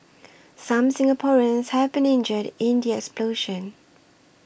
some Singaporeans have been injured in the explosion